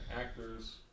actors